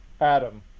Adam